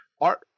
art